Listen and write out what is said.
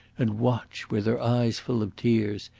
and watch, with her eyes full of tears,